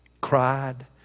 Cried